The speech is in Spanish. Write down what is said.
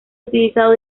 utilizado